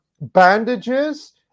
bandages